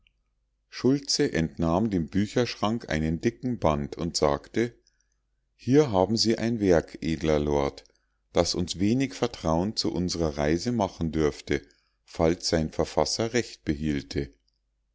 schultze entnahm dem bücherschrank einen dicken band und sagte hier haben sie ein werk edler lord das uns wenig vertrauen zu unsrer reise machen dürfte falls sein verfasser recht behielte